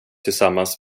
tillsammans